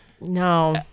No